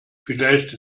vielleicht